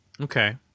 Okay